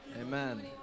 Amen